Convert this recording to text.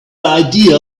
idea